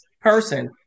person